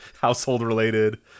household-related